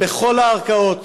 בכל הערכאות,